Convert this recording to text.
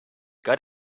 got